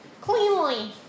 Cleanly